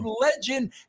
legend